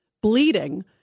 bleeding